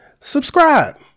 subscribe